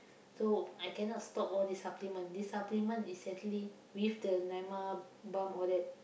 so I cannot stop all this supplement this supplement is actually with the Naimah balm all that